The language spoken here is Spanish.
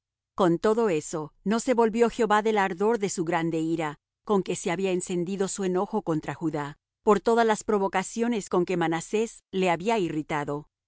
con todo eso no se volvió jehová del ardor de su grande ira con que se había encendido su enojo contra judá por todas las provocaciones con que manasés le había irritado